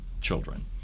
children